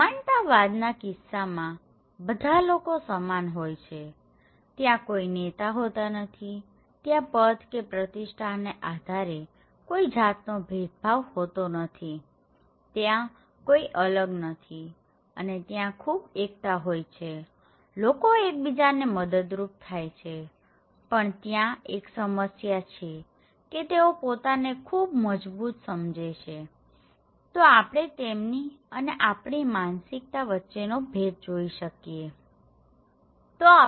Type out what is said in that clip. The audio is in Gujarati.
સમાનતાવાદના કિસ્સામાં બધા લોકો સમાન હોય છે ત્યાં કોઈ નેતા હોતા નથીત્યાં પદ કે પ્રતિષ્ઠાને આધારે પણ કોઈ જાતનો ભેદભાવ હોતો નથીત્યાં કોઈ અલગ નથી અને ત્યાં ખૂબ એકતા હોય છેલોકો એકબીજાને મદદરૂપ થાય છેપણ ત્યાં એક સમસ્યા છે કે તેઓ પોતાને ખૂબ મજબૂત સમજે છેતો આપણે તેમની અને આપણી માનસિકતા વચ્ચેનો ભેદ જોઇ શકીએ છીએ